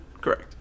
Correct